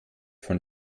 von